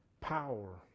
power